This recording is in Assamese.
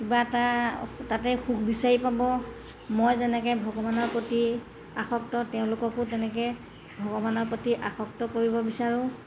কিবা এটা তাতে সুখ বিচাৰি পাব মই যেনেকৈ ভগৱানৰ প্ৰতি আসক্ত তেওঁলোককো তেনেকৈ ভগৱানৰ প্ৰতি আসক্ত কৰিব বিচাৰোঁ